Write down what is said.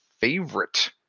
favorite